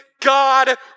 God